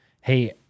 Hey